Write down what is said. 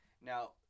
Now